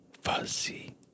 fuzzy